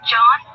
John